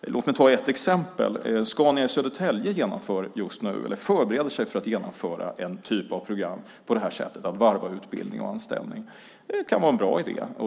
Låt mig ta ett exempel. Scania i Södertälje förbereder sig nu för att genomföra en typ av program som varvar utbildning och anställning. Det kan vara en bra idé.